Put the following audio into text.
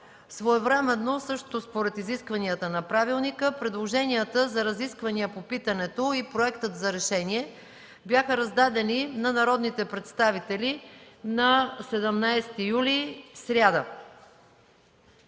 Своевременно, също според изискванията на правилника, предложенията за разисквания по питането и Проектът за решение бяха раздадени на народните представители на 17 юли 2013